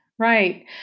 Right